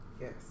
Yes